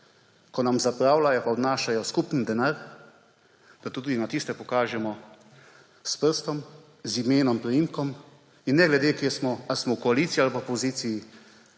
ko nam zapravljajo in odnašajo skupni denar, da tudi na tiste pokažemo s prstom, z imenom in priimkom – ne glede, kje smo, ali smo v koaliciji ali v opoziciji